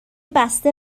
بسته